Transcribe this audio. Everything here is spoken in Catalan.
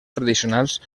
tradicionals